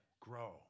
Grow